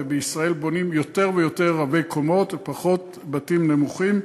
ובישראל בונים יותר ויותר רבי-קומות ופחות בתים נמוכים,